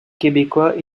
québécois